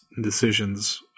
decisions